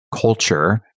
culture